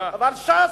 אבל ש"ס,